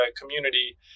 community